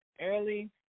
Early